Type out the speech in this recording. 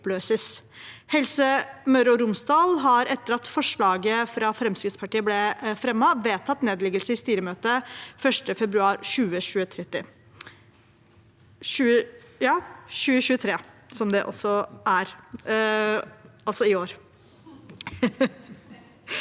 Helse Møre og Romsdal har, etter at forslaget fra Fremskrittspartiet ble fremmet, vedtatt nedleggelse i styremøte 1. februar 2023.